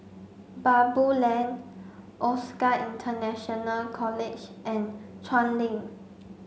Baboo Lane OSAC International College and Chuan Link